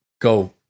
go